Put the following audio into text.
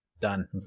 done